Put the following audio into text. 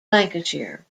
lancashire